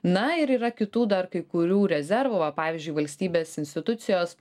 na ir yra kitų dar kai kurių rezervų va pavyzdžiui valstybės institucijos